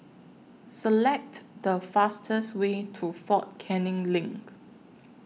Select The fastest Way to Fort Canning LINK